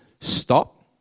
stop